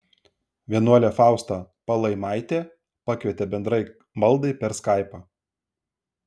vienuolė fausta palaimaitė pakvietė bendrai maldai per skaipą